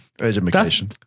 education